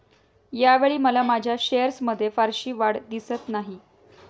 यावेळी मला माझ्या शेअर्समध्ये फारशी वाढ दिसत नाही